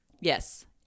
yes